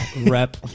rep